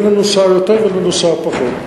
אין לנו שעה יותר ואין לנו שעה פחות.